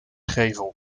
gevel